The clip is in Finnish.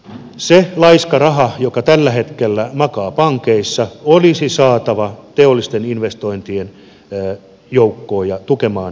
se laiska raha joka tällä hetkellä makaa pankeissa olisi saatava teollisten investointien joukkoon ja tukemaan investointeja